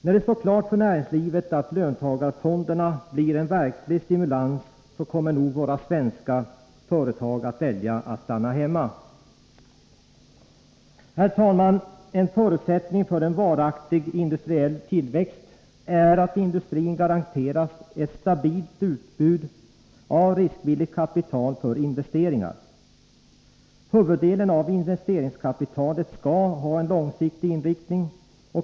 När det står klart för näringslivet att löntagarfonderna blir en verklig stimulans, kommer nog våra svenska företag att välja att stanna hemma. Herr talman! En förutsättning för en varaktig industriell tillväxt är att industrin garanteras ett stabilt utbud av riskvilligt kapital för investeringar. Huvuddelen av investeringskapitalet skall ha en långsiktig inriktning.